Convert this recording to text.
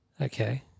okay